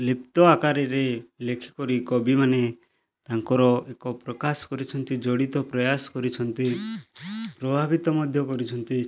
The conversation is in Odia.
ଲିପ୍ତ ଆକାରରେ ଲେଖି କରି କବିମାନେ ତାଙ୍କର ଏକ ପ୍ରକାଶ କରିଛନ୍ତି ଜଡ଼ିତ ପ୍ରୟାସ କରିଛନ୍ତି ପ୍ରଭାବିତ ମଧ୍ୟ କରିଛନ୍ତି